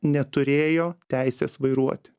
neturėjo teisės vairuoti